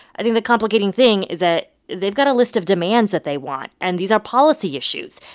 i think the complicating thing is that they've got a list of demands that they want, and these are policy issues.